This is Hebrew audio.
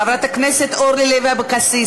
חברת הכנסת אורלי לוי אבקסיס,